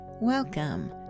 Welcome